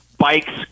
Bikes